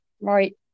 right